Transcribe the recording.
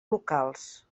locals